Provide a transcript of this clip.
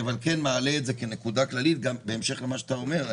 אבל אני מעלה את זה כנקודה כללית גם בהמשך למה שאתה אומר,